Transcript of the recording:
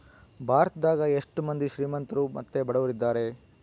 ಭಾರತದಗ ಎಷ್ಟ ಮಂದಿ ಶ್ರೀಮಂತ್ರು ಮತ್ತೆ ಬಡವರಿದ್ದಾರೆ?